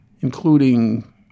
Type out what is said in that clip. including